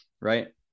right